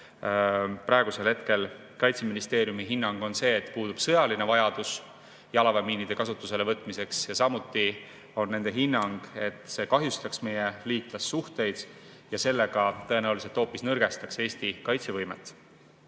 Praegu on Kaitseministeeriumi hinnang see, et puudub sõjaline vajadus jalaväemiinide kasutusele võtmiseks, ja samuti on nende hinnang, et see kahjustaks meie liitlassuhteid ja sellega tõenäoliselt hoopis nõrgestaks Eesti kaitsevõimet.